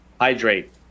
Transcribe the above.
Hydrate